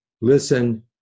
listen